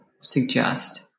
suggest